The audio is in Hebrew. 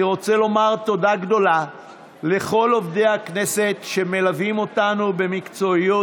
אני רוצה לומר תודה גדולה לכל עובדי הכנסת שמלווים אותנו במקצועיות,